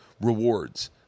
rewards